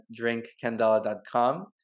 drinkcandela.com